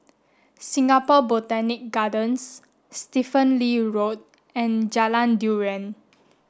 Singapore Botanic Gardens Stephen Lee Road and Jalan durian